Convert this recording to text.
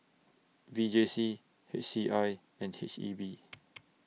V J C H C I and H E B